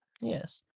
Yes